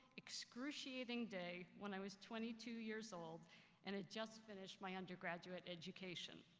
excruciating day when i was twenty two years old and had just finished my undergraduate education.